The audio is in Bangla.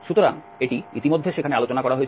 সুতরাং এটি ইতিমধ্যে সেখানে আলোচনা করা হয়েছিল